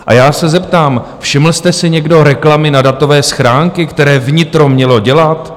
A já se zeptám: Všiml jste si někdo reklamy na datové schránky, které vnitro mělo dělat?